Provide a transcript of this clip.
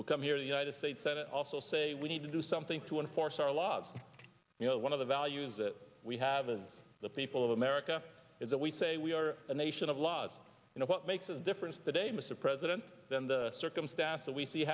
who come here the united states senate also say we need to do something to enforce our laws you know one of the values that we have is the people of america is that we say we are a nation of laws you know what makes us different today mr president than the circumstance that we see